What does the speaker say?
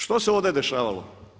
Što se ovdje dešavalo?